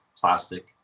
plastic